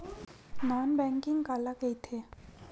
Non banking काला कइथे?